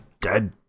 Dead